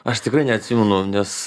aš tikrai neatsimenu nes